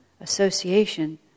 association